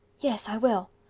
yes, i will.